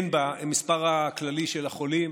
הן במספר הכללי של החולים,